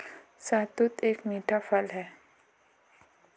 शहतूत एक मीठा फल है